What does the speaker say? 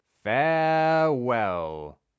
farewell